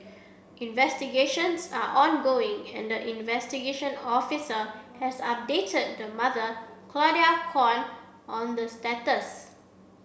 investigations are ongoing and the investigation officer has updated the mother Claudia Kwan on the status